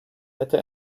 hätte